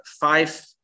five